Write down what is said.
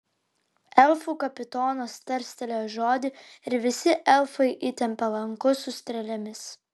elfų kapitonas tarstelėjo žodį ir visi elfai įtempė lankus su strėlėmis